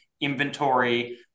inventory